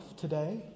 today